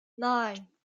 nine